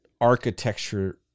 architecture